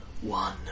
one